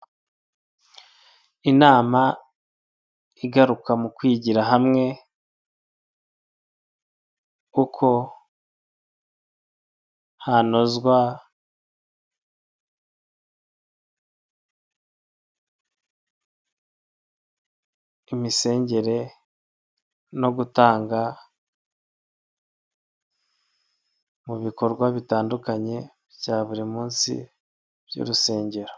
Inama igaruka mu kwigira hamwe uko hanozwa imisengere no gutanga mu bikorwa bitandukanye bya buri munsi by'urusengero.